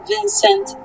Vincent